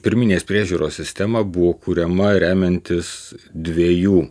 pirminės priežiūros sistema buvo kuriama remiantis dviejų